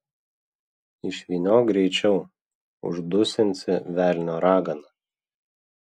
išvyniok greičiau uždusinsi velnio ragana